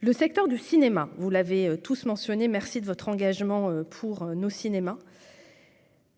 Le secteur du cinéma, vous l'avez tous mentionnés, merci de votre engagement pour nos cinémas.